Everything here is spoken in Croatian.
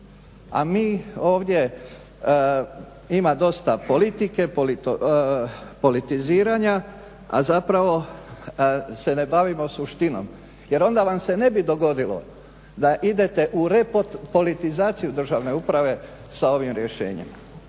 A mi ovdje, ima dosta politike, politiziranja a zapravo se ne bavimo suštinom. Jer onda vam se ne bi dogodilo da idete u repolitizaciju državne uprave sa ovim rješenjima